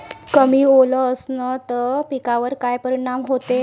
कमी ओल असनं त पिकावर काय परिनाम होते?